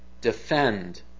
defend